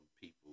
people